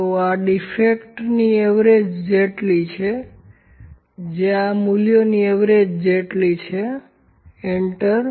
તો આ ડીફેક્ટની એવરેજ જેટલી છે જે આ મૂલ્યોની એવરેજ જેટલી છે એન્ટર